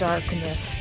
Darkness